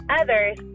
others